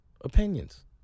opinions